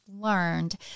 learned